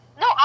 No